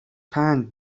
پند